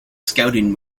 scouting